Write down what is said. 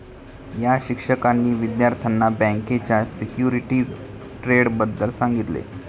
या शिक्षकांनी विद्यार्थ्यांना बँकेच्या सिक्युरिटीज ट्रेडबद्दल सांगितले